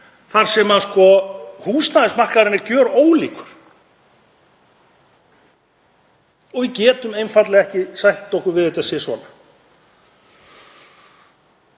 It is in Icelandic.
þar sem húsnæðismarkaðurinn er gjörólíkur. Við getum einfaldlega ekki sætt okkur við þetta sisvona.